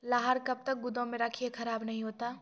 लहार कब तक गुदाम मे रखिए खराब नहीं होता?